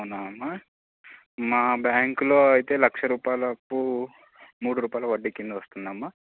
అవునామ్మా మా బ్యాంకులో అయితే లక్ష రూపాయాలలకు మూడు రూపాయలు వడ్డీ కింద వస్తుందమ్మా